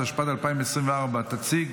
התשפ"ד 2024. תציג